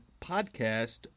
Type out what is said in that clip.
podcast